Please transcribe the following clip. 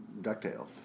DuckTales